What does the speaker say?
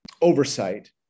oversight